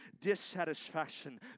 dissatisfaction